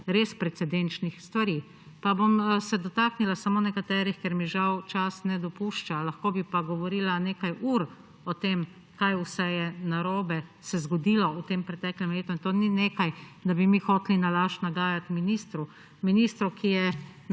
res precedenčnih stvari. Pa bom se dotaknila samo nekaterih, ker mi žal čas ne dopušča, lahko bi pa govorila nekaj ur o tem, kaj vse se je narobe zgodilo v tem preteklem letu. In to ni nekaj, da bi mi hoteli nalašč nagaja ministru; ministru, ki je